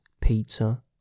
Pizza